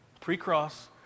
Pre-cross